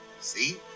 See